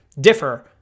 differ